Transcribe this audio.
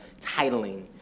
titling